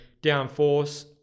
Downforce